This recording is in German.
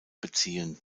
beziehen